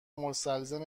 مستلزم